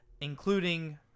including